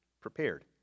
prepared